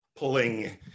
pulling